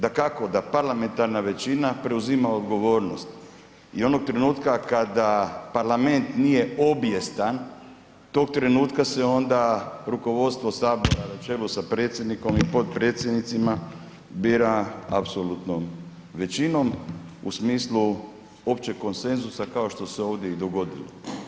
Dakako da parlamentarna većina preuzima odgovornost i onog trenutka kada parlament nije obijestan tog trenutka se onda rukovodstvo Sabora na čelu sa predsjednikom i potpredsjednicima bira apsolutnom većinom u smislu općeg konsenzusa kao što se ovdje i dogodilo.